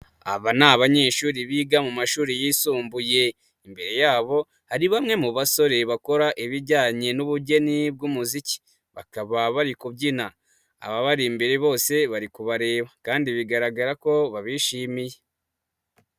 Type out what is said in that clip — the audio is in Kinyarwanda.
Aba ni abanyeshuri biga mu mashuri yisumbuye, imbere yabo hari bamwe mu basore bakora ibijyanye n'ubugeni bw'umuziki, bakaba bari kubyina, ababari imbere bose bari kubareba kandi bigaragara ko babishimiye.